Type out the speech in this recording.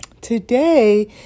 today